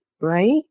right